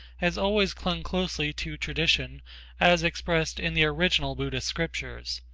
has always clung closely to tradition as expressed in the original buddhist scriptures.